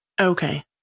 Okay